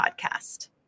podcast